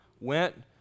went